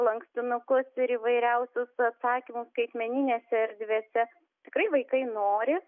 lankstinukus ir įvairiausius atsakymus skaitmeninėse erdvėse tikrai vaikai nori